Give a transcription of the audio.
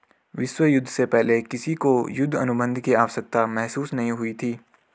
विश्व युद्ध से पहले किसी को युद्ध अनुबंध की आवश्यकता महसूस नहीं हुई थी